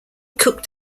cooked